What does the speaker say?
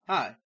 Hi